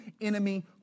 enemy